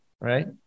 right